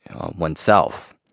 oneself